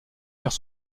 faire